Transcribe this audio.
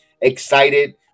excited